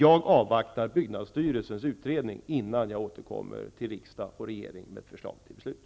Jag avvaktar byggnadsstyrelsens utredning innan jag återkommer till riksdag och regering med förslag till beslut.